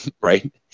right